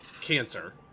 cancer